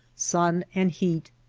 sun, and heat,